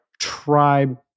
tribe